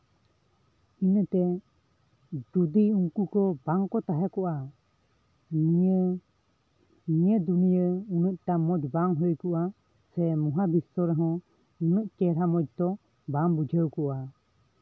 ᱤᱱᱟᱹᱛᱮ ᱡᱚᱫᱤ ᱩᱱᱠᱩ ᱵᱟᱝᱠᱚ ᱛᱟᱦᱮᱸ ᱠᱚᱜᱼᱟ ᱧᱮᱞ ᱱᱤᱭᱟᱹ ᱫᱩᱱᱭᱟᱹ ᱩᱱᱟᱹᱜ ᱴᱟ ᱢᱚᱡᱽ ᱵᱟᱝ ᱦᱩᱭ ᱠᱚᱜᱼᱟ ᱥᱮ ᱢᱚᱦᱟ ᱵᱤᱥᱥᱚ ᱨᱮᱦᱚᱸ ᱱᱩᱱᱟᱹᱜ ᱪᱮᱨᱦᱟ ᱢᱚᱡᱽ ᱫᱚ ᱵᱟᱝ ᱵᱩᱡᱷᱟᱹᱣ ᱠᱚᱜᱼᱟ